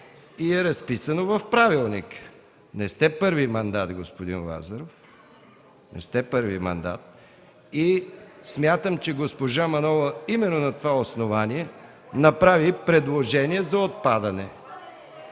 и е разписано в правилника. Не сте първи мандат, господин Лазаров. Смятам, че госпожа Манолова именно на това основание направи предложение за отпадане.